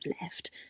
left